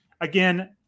again